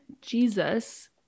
jesus